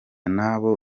n’abo